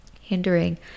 hindering